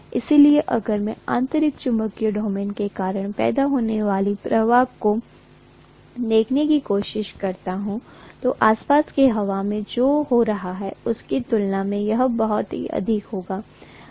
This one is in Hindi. इसलिए अगर मैं आंतरिक चुंबकीय डोमेन के कारण पैदा होने वाले प्रवाह को देखने की कोशिश करता हूं तो आसपास की हवा में जो हो रहा है उसकी तुलना में यह बहुत अधिक होगा